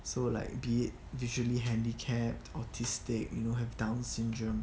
so like be it visually handicapped autistic you know have down syndrome